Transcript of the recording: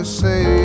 say